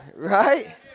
Right